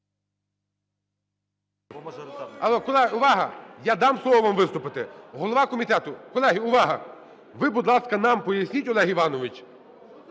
Ви, будь ласка, нам поясніть, Олег Іванович,